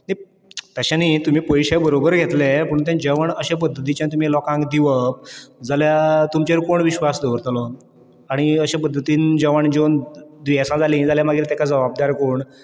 न्ही तशें न्ही तुमी पयशे बरोबर घेतले जेवण अशे पद्दतीचें तुमी लोकांक दिवप जाल्यार तुमचेर कोण विश्वास दवरतलो आनी अशे पद्दतीन जेवण जेवन दुयेंसां जालीं जाल्यार मागीर ताका जबाबदार कोण